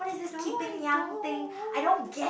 no I don't